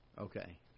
Okay